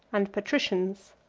and patricians.